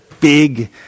big